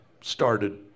started